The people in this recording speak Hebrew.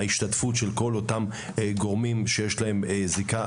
ההשתתפות של כל אותם גורמים שיש להם זיקה,